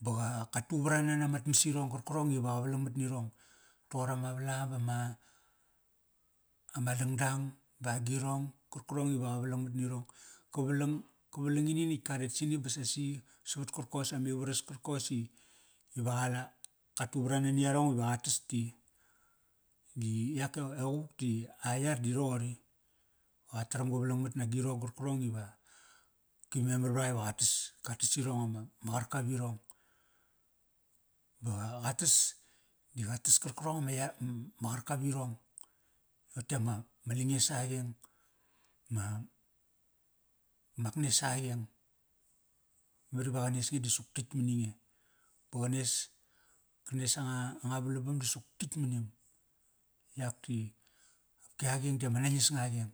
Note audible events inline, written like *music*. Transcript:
ba, qa, ka tu vrana namat mas irong qarkarong iva qa valangmat nirong. Toqor ama valam bama, ama dangdang, bagirong karkirong iva qa valangmat nirong. Ka valang, ka valang ini natk ka ret sini ba sasi savat karkos amivaras karkos i iva *unintelligible* ka tu vrana na yarong iva qa tas yi. Di yak e quvuk di a yar di roqori. Qa taram ga valangmat nagirong qarkarong iva, ki memar vra qa iva qa tas. Ka tas irong ama, ma qarka virong, ba qatas, da qatas karkarong ama yar, ma qarka virong. Rote ama, ma langes a qeng. Ma, mak nes a qeng. Memar iva qa nes nge di suktatk mani nge, ba qa nes, ka nes anga, anga valabam di suktitk mani am. Yak di, opki a qeng di ama nangis nga a qeng.